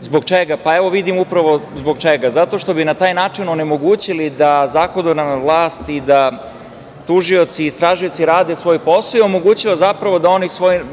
Zbog čega? Evo, upravo vidimo zbog čega, zato što bi na taj način onemogućili da zakonodavna vlast i da tužioci i istražioci rade svoj posao, i omogućila zapravo